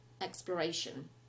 exploration